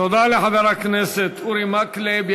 תודה לחבר הכנסת אורי מקלב.